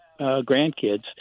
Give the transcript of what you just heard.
grandkids